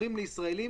מוכרים לישראלים